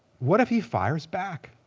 what if he fires back?